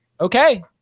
okay